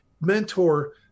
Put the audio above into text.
mentor